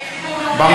כן, הוא מעולה.